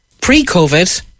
pre-COVID